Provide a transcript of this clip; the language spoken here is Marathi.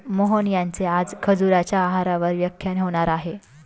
मोहन यांचे आज खजुराच्या आहारावर व्याख्यान होणार आहे